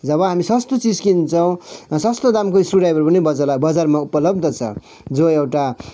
जब हामी सस्तो चिज किन्छौँ सस्तो दामको स्क्रुड्राइभर पनि बजारमा बजारमा उपलब्ध छ जो एउटा